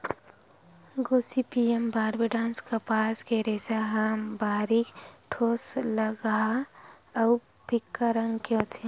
Gossypium barbadense कपास के रेसा ह बारीक, ठोसलगहा अउ फीक्का रंग के होथे